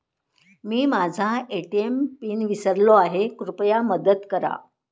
मी माझा ATM pin विसरलो आहे, कृपया मदत करा